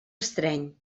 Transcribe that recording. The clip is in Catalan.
estreny